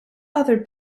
other